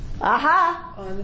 Aha